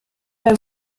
pas